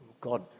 God